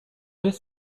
jest